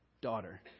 daughter